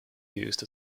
used